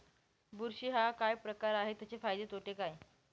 बुरशी हा काय प्रकार आहे, त्याचे फायदे तोटे काय?